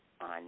on